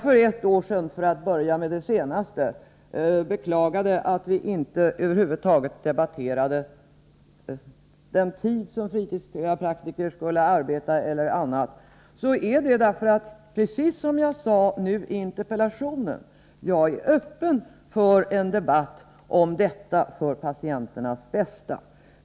För att börja med det senaste: När jag då beklagade att vi inte över huvud taget debatterade den tid som fritidspraktiker skulle arbeta, var det därför att jagprecis som jag har sagt i interpellationen nu — är öppen för en debatt om detta för patienternas bästa.